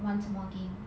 玩什么 game